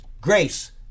Grace